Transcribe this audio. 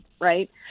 right